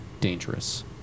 Dangerous